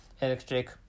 Electric